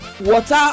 water